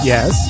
Yes